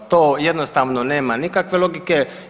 To jednostavno nema nikakve logike.